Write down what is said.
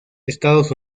estados